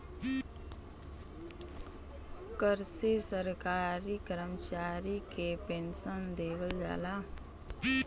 कर से सरकारी करमचारी के पेन्सन देवल जाला